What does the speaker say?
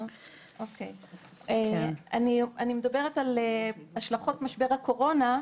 אני מדברת על השלכות משבר הקורונה: